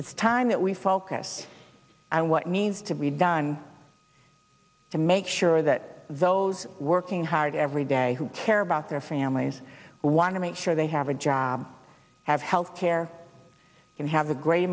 's time that we focus on what needs to be done to make sure that those working hard every day who care about their families want to make sure they have a job have health care and have a great